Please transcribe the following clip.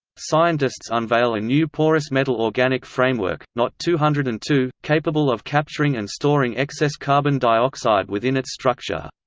scientists unveil a new porous metal-organic framework, nott two hundred and two, capable of capturing and storing excess carbon dioxide within its structure.